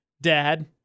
dad